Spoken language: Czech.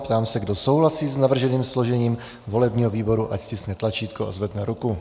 Ptám se, kdo souhlasí s navrženým složením volebního výboru, ať stiskne tlačítko a zvedne ruku.